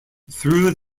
through